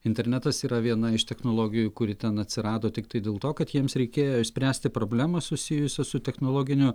internetas yra viena iš technologijų kuri ten atsirado tiktai dėl to kad jiems reikėjo išspręsti problemą susijusią su technologiniu